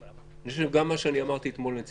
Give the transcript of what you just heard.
אני חושב שמה שאמרתי אתמול גם לנציב